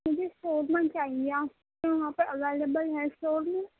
مجھے شورمہ چاہیے آپ کے وہاں پر اویلیبل ہے شورمہ